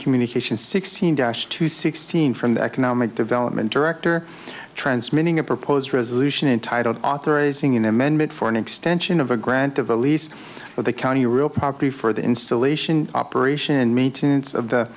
communications sixteen dash two sixteen from the economic development director transmitting a proposed resolution entitle authorizing an amendment for an extension of a grant of a lease for the county real property for the installation operation and maintenance of the